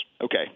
okay